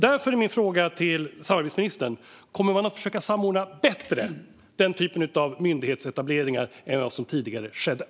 Därför är min fråga till den nordiska samarbetsministern: Kommer man att försöka samordna denna typ av myndighetsetableringar bättre än vad som tidigare har skett?